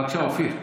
בבקשה, אופיר.